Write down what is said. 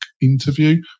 interview